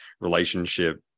relationship